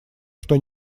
что